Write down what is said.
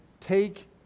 take